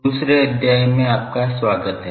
दूसरे अध्याय में आपका स्वागत है